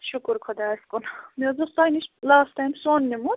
شکر خۄدایَس کُن مےٚ حظ اوس تۄہہِ نِش لاسٹ ٹایم سۄن نِمُت